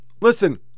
listen